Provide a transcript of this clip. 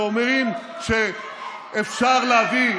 שאומרים אפשר להביא,